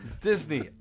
Disney